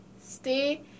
stay